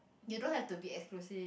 you don't have to be exclusive